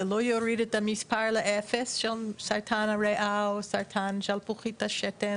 זה לא יוריד את המספר של סרטן שלפוחית השתן